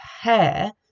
hair